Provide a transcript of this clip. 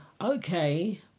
Okay